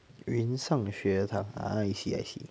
云上学堂 ah I see I see